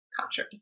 country